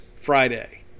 Friday